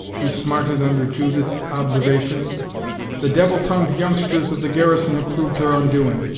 who smarted under judith's observations the devil-tongued youngsters of the garrison have proved her undoing!